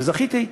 וזכיתי,